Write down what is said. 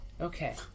Okay